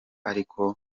ariko